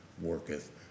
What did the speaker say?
worketh